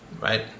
right